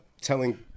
telling